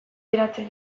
beratzen